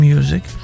Music